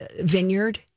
vineyard